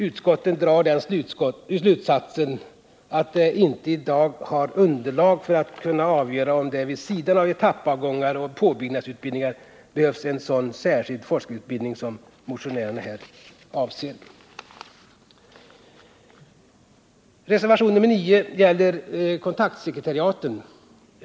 Utskottet drar slutsatsen att det i dag inte har underlag för att kunna avgöra om det vid sidan av etappavgångar och påbyggnadsutbildningar behövs en sådan särskild forskarutbildning som motionärerna här avser. Reservationen 9 gäller kontaktsekretariaten.